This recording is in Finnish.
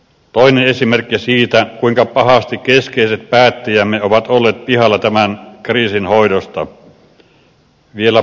toinen esimerkki siitä kuinka pahasti keskeiset päättäjämme ovat olleet pihalla tämän kriisin hoidosta